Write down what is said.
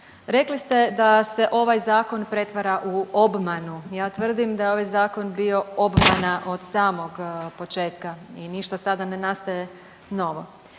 Rekli ste da se ovaj Zakon pretvara u obmanu. Ja tvrdim da je ovaj Zakon bio obmana od samog početka i ništa sada ne nastaje novo.